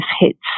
hits